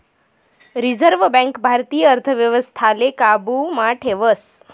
reserve bank भारतीय अर्थव्यवस्थाले काबू मा ठेवस